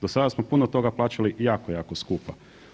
Do sada smo puno toga plaćali jako jako skupo.